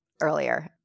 earlier